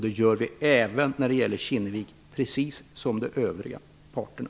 Det gör vi även när det gäller Kinnevik, precis som när det gäller de övriga parterna.